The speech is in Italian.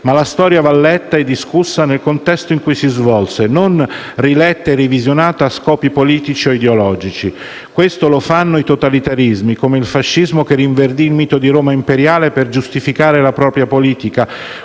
La storia va letta e discussa nel contesto in cui si svolse e non riletta e revisionata a scopi politici o ideologici. Questo lo fanno i totalitarismi, come il fascismo che rinverdì il mito di Roma imperiale per giustificare la propria politica